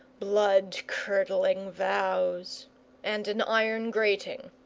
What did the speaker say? blood curdling vows and an iron grating.